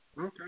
okay